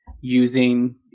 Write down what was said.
using